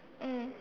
mm